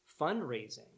fundraising